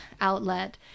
outlet